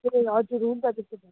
ए हजुर हुन्छ त्यसरी